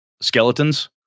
skeletons